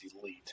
elite